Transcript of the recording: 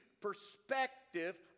perspective